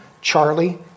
Charlie